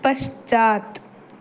पश्चात्